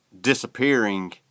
disappearing